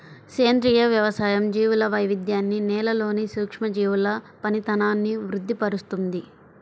సేంద్రియ వ్యవసాయం జీవుల వైవిధ్యాన్ని, నేలలోని సూక్ష్మజీవుల పనితనాన్ని వృద్ది పరుస్తుంది